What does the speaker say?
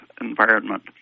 environment